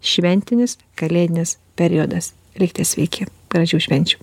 šventinis kalėdinis periodas likti sveiki gražių švenčių